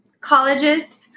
colleges